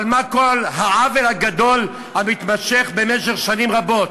אבל מה כל העוול הגדול המתמשך שנים רבות?